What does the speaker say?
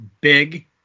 big